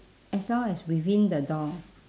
as long as within the door